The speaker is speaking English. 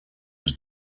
was